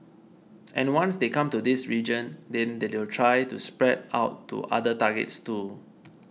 and once they come to this region then they will try to spread out to other targets too